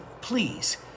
please